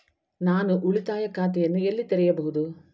ನಾನು ಉಳಿತಾಯ ಖಾತೆಯನ್ನು ಎಲ್ಲಿ ತೆರೆಯಬಹುದು?